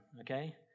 Okay